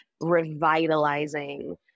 revitalizing